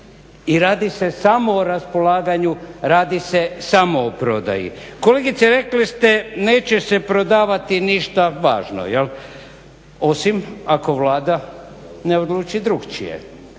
I radi se samo o raspolaganju, radi se samo o prodaji. Kolegice rekli ste neće se prodavati ništa važno jel', osim ako Vlada ne odluči drukčije.